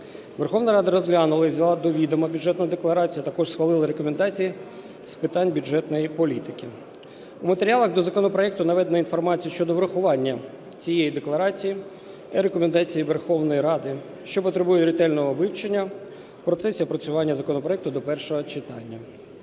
Верховна Рада розглянута і взяла до відома Бюджетну декларацію, а також схвалила рекомендації з питань бюджетної політики. В матеріалах до законопроекту наведено інформацію щодо врахування цієї декларації і рекомендації Верховної Ради, що потребує ретельного вивчення в процесі опрацювання законопроекту до першого читання.